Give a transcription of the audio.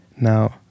Now